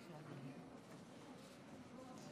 (חותם על ההצהרה)